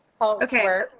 okay